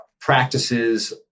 practices